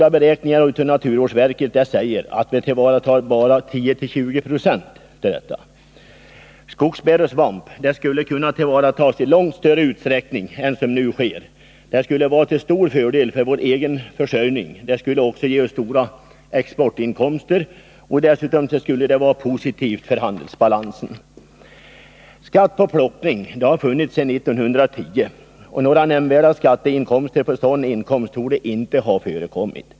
Av naturvårdsverket gjorda beräkningar säger att vi tillvaratar bara 10 å 20 26 av denna tillgång. Skogsbär och svamp skulle kunna tillvaratas i långt större utsträckning än som nu sker. Det skulle vara till stor fördel för vår egen försörjning. Det skulle kunna ge oss stora exportinkomster. Dessutom skulle det vara positivt Skatt på plockning har funnits sedan 1910. Några nämnvärda skatteintäkter på sådana inkomster torde inte ha förekommit.